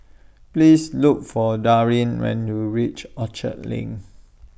Please Look For Daryn when YOU REACH Orchard LINK